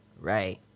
Right